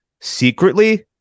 secretly